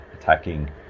attacking